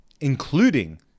including